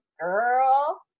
girl